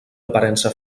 aparença